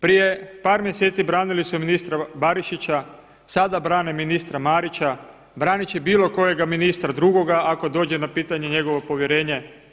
Prije par mjeseci branili su ministra Barišića, sada brane ministra Marića, branit će bilo kojeg ministra drugoga ako dođe na pitanje njegovo povjerenje.